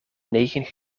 negen